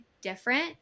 different